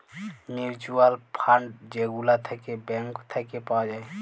mutual fund যে গুলা থাক্যে ব্যাঙ্ক থাক্যে পাওয়া যায়